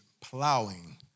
plowing